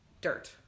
dirt